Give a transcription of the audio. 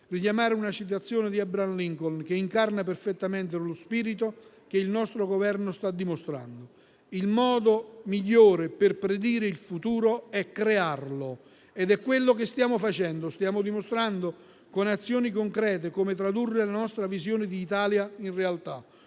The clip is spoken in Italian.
richiamare una citazione di Abraham Lincoln, che incarna perfettamente lo spirito che il nostro Governo sta dimostrando: «Il **miglior modo** di **prevedere il futuro è crearlo»**. È quello che stiamo facendo: stiamo dimostrando, con azioni concrete, come tradurre la nostra visione di Italia in realtà.